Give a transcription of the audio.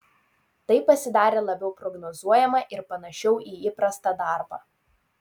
tai pasidarė labiau prognozuojama ir panašiau į įprastą darbą